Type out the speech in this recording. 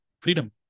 freedom